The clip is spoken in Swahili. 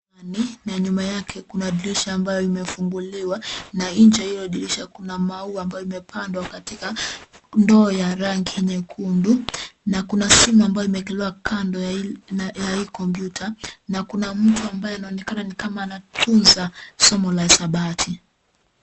Kompyuta ya mkononi, na yake kuna dirisha ambayo imefunguliwa na nje ya hiyo dirisha kuna maua ambayo imepandwa katika ndoo ya rangi nyekundu na kuna simu ambayo imewekelewa kando ya hii kompyuta na kuna mtu ambaye anaonekana anafunza somo la hisabati.